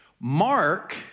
Mark